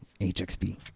HXP